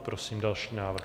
Prosím další návrh.